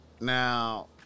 Now